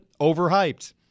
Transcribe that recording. overhyped